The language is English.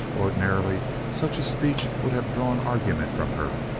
ordinarily such a speech would have drawn argument from her.